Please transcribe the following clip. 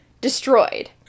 destroyed